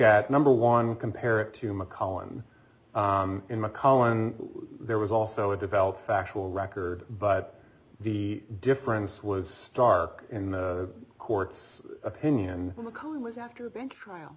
at number one compare it to mcallen in mcallen there was also a developed factual record but the difference was stark in the court's opinion because after